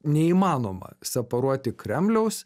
neįmanoma separuoti kremliaus